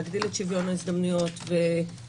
להגדיל את שוויון ההזדמנויות ועושה